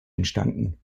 entstanden